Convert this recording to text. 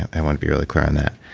i want to be really clear on that.